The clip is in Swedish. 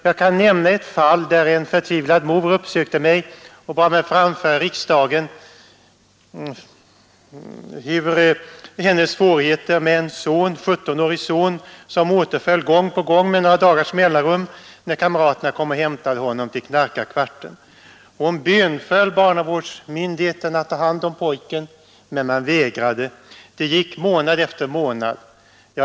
Jag kan nämna ett fall där en förtvivlad mor uppsökte mig och bad mig att i riksdagen framföra vilka svårigheter hon hade med en 17-årig son, som gång på gång med några dagars mellanrum återföll när kamraterna kom och hämtade honom till knarkarkvarten. Hon bönföll barnavårdsmyndigheterna att ta hand om pojken, men man vägrade. Det gick månad efter månad.